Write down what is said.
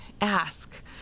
ask